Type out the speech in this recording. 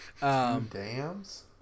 dams